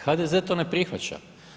HDZ to ne prihvaća.